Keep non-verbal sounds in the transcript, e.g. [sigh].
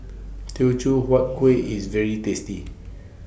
[noise] Teochew Huat Kuih IS very tasty [noise]